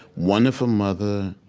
wonderful mother,